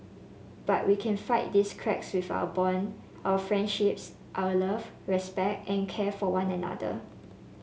but we can fight these cracks with our bonds our friendships our love respect and care for one another